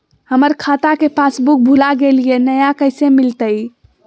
हमर खाता के पासबुक भुला गेलई, नया कैसे मिलतई?